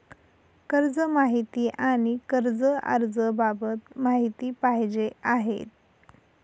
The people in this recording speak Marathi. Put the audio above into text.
कर्ज माहिती आणि कर्ज अर्ज बाबत माहिती पाहिजे आहे